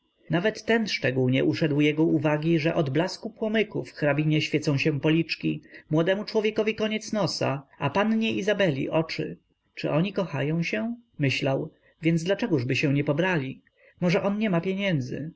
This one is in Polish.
nawet ten szczegół nie uszedł jego uwagi że od blasku płomyków hrabinie świecą się policzki młodemu człowiekowi koniec nosa a pannie izabeli oczy czy oni kochają się myślał więc dlaczegożby się nie pobrali może on niema pieniędzy